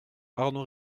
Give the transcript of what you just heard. arnaud